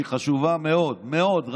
שהיא חשובה מאוד מאוד,